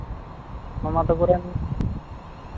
ᱢᱟᱢᱟ ᱛᱟᱠᱚ ᱨᱮᱱ